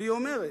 והיא אומרת: